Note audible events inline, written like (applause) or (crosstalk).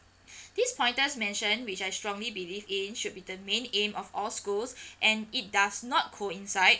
(breath) these pointers mention which I strongly believe in should be the main aim of all schools (breath) and it does not coincide